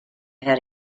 had